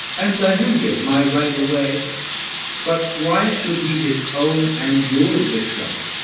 and let him give, my right away but why should he his own and yours betray?